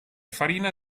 farina